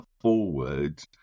forward